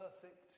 perfect